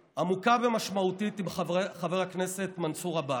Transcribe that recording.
עמוקה, עמוקה ומשמעותית, עם חבר הכנסת מנסור עבאס.